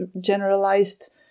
generalized